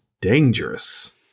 dangerous